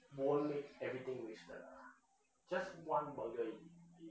won't make everything wasted lah just one burger only